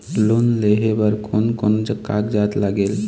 Loan लेहे बर कोन कोन कागजात लागेल?